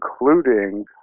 including